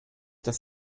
das